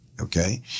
Okay